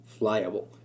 flyable